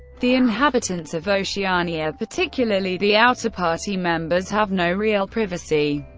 the inhabitants of oceania, particularly the outer party members, have no real privacy.